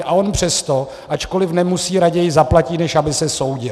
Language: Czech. A on přesto, ačkoliv nemusí, raději zaplatí, než aby se soudil.